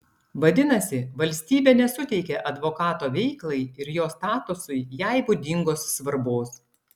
vadinasi valstybė nesuteikia advokato veiklai ir jo statusui jai būdingos svarbos